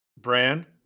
brand